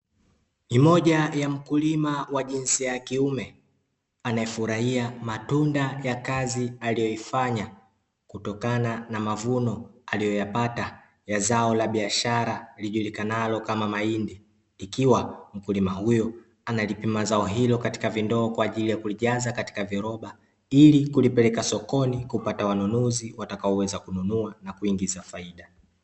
Ni moja ya mkulima wa jinsi ya kiume anayefurahia matunda ya kazi aliyoifanya, kutokana na mavuno aliyoyapata ya zao la biashara lijulikanalo kama mahindi, ikiwa mkulima huyo analipima zao hilo katika vindoo kwa ajili ya kulijaza katika viroba ili kulipeleka sokoni kupata wanunuzi watakaoweza kununua na kuingiza faida.